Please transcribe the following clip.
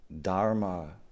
dharma